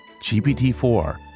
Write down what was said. GPT-4